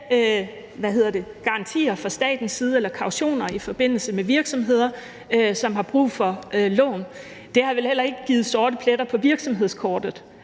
garantier eller kautioner fra statens side til virksomheder, der har brug for lån. Det har vel heller ikke givet sorte pletter på virksomhedskortet,